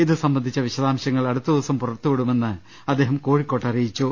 ഇത് സംബ ന്ധിച്ച വിശദാംശങ്ങൾ അടുത്ത ദിവസം പുറത്തുവിടുമെന്ന് അദ്ദേഹം കോഴിക്കോട്ട് അറിയിച്ചു